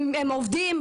הם עובדים,